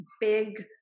big